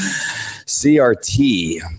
CRT